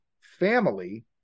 family